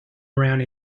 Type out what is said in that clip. around